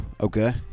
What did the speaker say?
okay